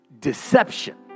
deception